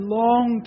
long